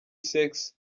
sex